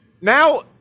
Now